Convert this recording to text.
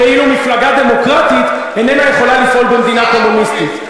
ואילו מפלגה דמוקרטית איננה יכולה לפעול במדינה קומוניסטית.